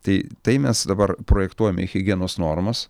tai tai mes dabar projektuojame higienos normas